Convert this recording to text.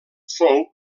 fou